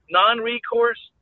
non-recourse